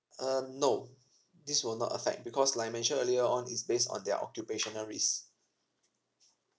uh no this will not affect because like I mentioned earlier on is based on their occupational risk